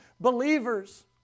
believers